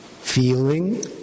feeling